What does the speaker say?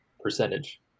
percentage